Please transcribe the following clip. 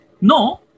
No